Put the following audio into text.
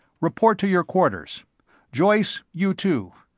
report to your quarters joyce, you too.